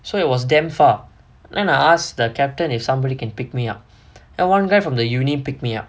so it was damn far and I asked the captain if somebody can pick me up then one guy from the university picked me up